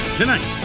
tonight